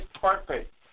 perfect